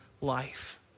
life